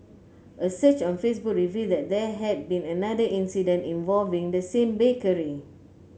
a search on Facebook revealed that there had been another incident involving the same bakery